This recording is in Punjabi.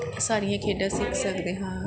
ਇਹ ਸਾਰੀਆਂ ਖੇਡਾਂ ਸਿੱਖ ਸਕਦੇ ਹਾਂ